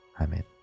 Amen